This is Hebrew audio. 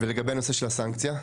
ולגבי נושא של הסנקציה?